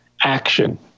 action